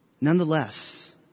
Nonetheless